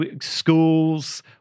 schools